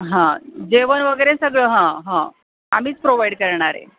हा जेवण वगैरे सगळं हा आम्हीच प्रोवाइड करणार आहे